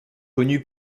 connu